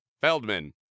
Feldman